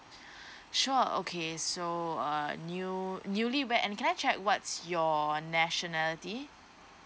sure okay so uh new newly wear and can I check what's your nationality